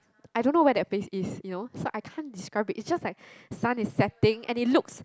I don't know where that place is you know so I can't describe it it's just like sun is setting and it looks